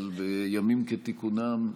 אבל בימים כתיקונם,